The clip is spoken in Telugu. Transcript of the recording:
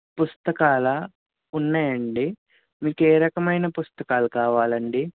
పుస్తకాలా ఉన్నాయండి మీకు ఏ రకమైన పుస్తకాలు కావాలండి